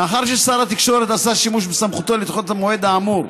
מאחר ששר התקשורת עשה שימוש בסמכותו לדחות את המועד האמור,